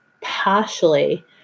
partially